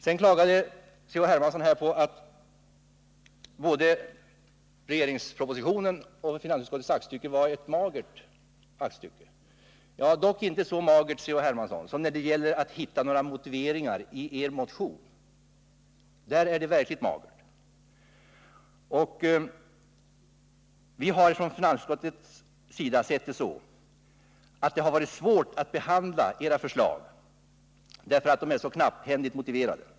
Carl-Henrik Hermansson klagade på att både regeringspropositionen och finansutskottets betänkande var magra aktstycken. De är dock inte så magra, Carl-Henrik Hermansson, som er motion när det gäller att hitta några motiveringar. Där är det verkligt magert. Vi har från finansutskottets sida funnit det svårt att behandla era förslag därför att de är så knapphändigt motiverade.